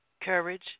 courage